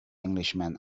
englishman